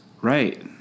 Right